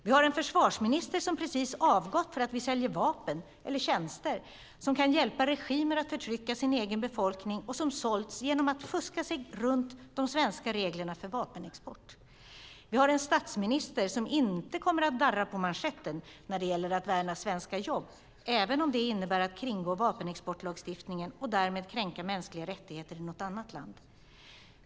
Vi har en försvarsminister som precis avgått för att vi säljer vapen, eller tjänster, som kan hjälpa regimer att förtrycka sin egen befolkning och som sålts genom att fuska sig runt de svenska reglerna för vapenexport. Vi har en statsminister som inte kommer att darra på manschetten när det gäller att värna svenska jobb - även om det innebär att kringgå vapenexportlagstiftningen och därmed kränka mänskliga rättigheter i något annat land.